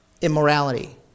immorality